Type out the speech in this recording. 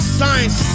science